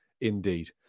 indeed